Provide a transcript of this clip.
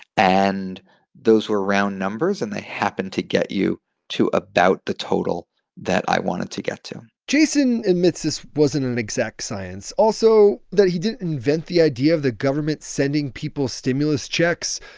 and those were round numbers and they happened to get you to about the total that i wanted to get to jason admits this wasn't an exact science, also that he didn't invent the idea of the government sending people stimulus checks,